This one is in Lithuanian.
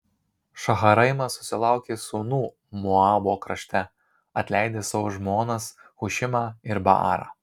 šaharaimas susilaukė sūnų moabo krašte atleidęs savo žmonas hušimą ir baarą